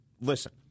Listen